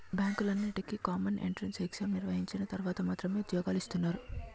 బ్యాంకులన్నింటికీ common entrance exam నిర్వహించిన తర్వాత మాత్రమే ఉద్యోగాలు ఇస్తున్నారు